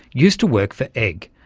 used to work for egg,